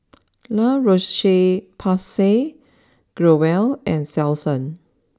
La Roche Porsay Growell and Selsun